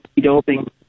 doping